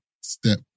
step